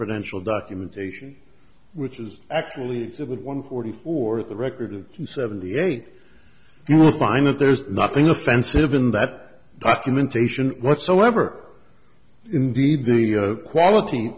prudential documentation which is actually it's about one quarter for the record of seventy eight you will find that there's nothing offensive in that documentation whatsoever indeed the quality